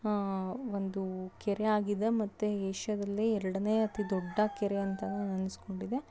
ಒಂದು ಕೆರೆಯಾಗಿದೆ ಮತ್ತೆ ಏಷ್ಯಾದಲ್ಲೇ ಎರಡನೇ ಅತಿ ದೊಡ್ಡ ಕೆರೆ ಅಂತನೂ ಅನ್ನಿಸ್ಕೊಂಡಿದೆ